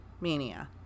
Mania